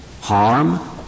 harm